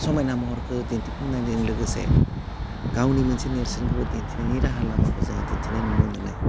समायना महरखो दिन्थिफुंनायदों लोगोसे गावनि मोनसे नेरसोनखौबो दिन्थिनायनि राहा लामाखौ जोङो दिन्थिनाय नुनो मोनो